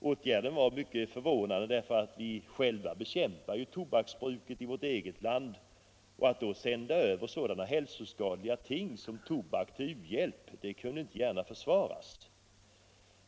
Åtgärden var mycket förvånande därför att vi själva bekämpar tobaksbruket i vårt eget land. Att då sända över sådana hälsoskadliga ting som tobak såsom u-hjälp kunde inte gärna försvaras.